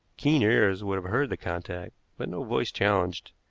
keen ears would have heard the contact, but no voice challenged.